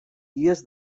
guies